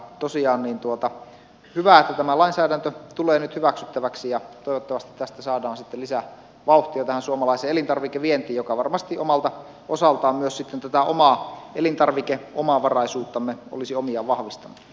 tosiaan on hyvä että tämä lainsäädäntö tulee nyt hyväksyttäväksi ja toivottavasti tästä saadaan sitten lisävauhtia tähän suomalaiseen elintarvikevientiin joka varmasti omalta osaltaan myös sitten tätä omaa elintarvikeomavaraisuuttamme olisi omiaan vahvistamaan